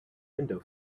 window